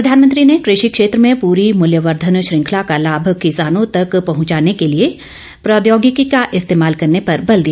प्रधानमंत्री ने कृषि क्षेत्र में पूरी मुल्यवर्धन श्रृंखला का लाभ किसानों तक पहुंचाने के लिए प्रौद्योगिकी का इस्तेमाल करने पर बल दिया